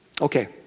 Okay